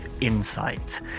insight